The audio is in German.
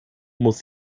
muss